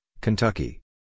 Kentucky